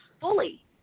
fully